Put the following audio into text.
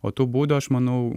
o tu būdo aš manau